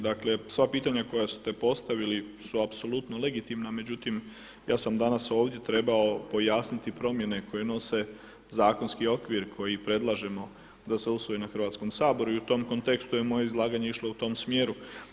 Dakle, sva pitanja koja ste postavili su apsolutno legitimna, međutim ja sam danas ovdje trebao pojasniti promjene koje nose zakonski okvir koji predlažemo da se usvoji na Hrvatskom saboru i u tom kontekstu je moje izlaganje išlo u tom smjeru.